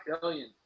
billion